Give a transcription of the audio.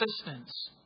assistance